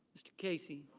mr. casey.